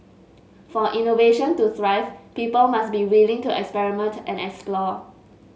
for innovation to thrive people must be willing to experiment and explore